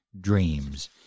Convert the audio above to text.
dreams